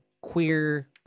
queer